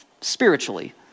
spiritually